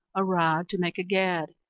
a rod to make a gad,